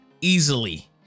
easily